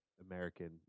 american